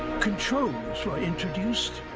controls were introduced,